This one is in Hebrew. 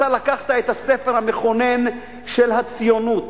אתה לקחת את הספר המכונן של הציונות,